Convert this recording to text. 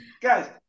guys